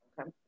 Okay